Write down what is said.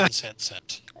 headset